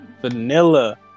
Vanilla